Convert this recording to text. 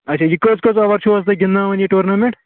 اچھا یہِ کٔژ کٔژ اوٚوَر چھُو حظ تُہۍ گِنٛدناوان یہِ ٹورنامٮ۪نٛٹ